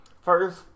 First